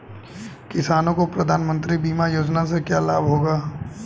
किसानों को प्रधानमंत्री बीमा योजना से क्या लाभ होगा?